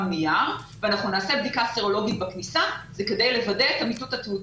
נייר ואנחנו נעשה בדיקה סרולוגית בכניסה וכדי לוודא את אמיתות התעודה